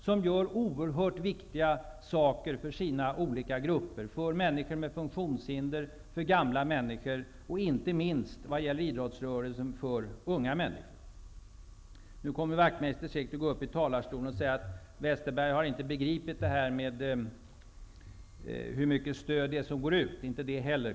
De gör oerhört viktiga saker för sina olika grupper — för människor med funktionshinder, för gamla människor och inte minst, vad gäller idrottsrörelsen, för unga människor. Nu kommer Wachtmeister säkert att gå upp i talarstolen och säga att Westerberg inte har begripit hur mycket stöd som går ut.